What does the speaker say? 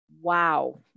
Wow